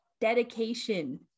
dedication